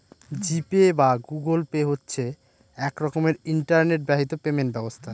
জি Pay বা Google Pay হচ্ছে এক রকমের ইন্টারনেট বাহিত পেমেন্ট ব্যবস্থা